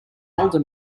older